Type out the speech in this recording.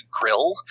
grill